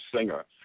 singer